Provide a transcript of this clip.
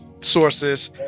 sources